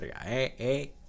Hey